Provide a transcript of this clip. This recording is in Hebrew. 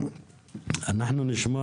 אנחנו נשמע